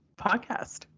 podcast